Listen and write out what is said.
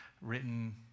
written